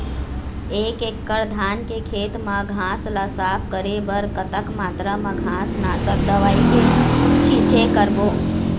एक एकड़ धान के खेत मा घास ला साफ करे बर कतक मात्रा मा घास नासक दवई के छींचे करबो?